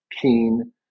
keen